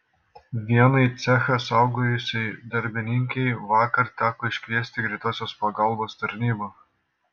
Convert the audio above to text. vienai cechą saugojusiai darbininkei vakar teko iškviesti greitosios pagalbos tarnybą